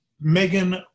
Megan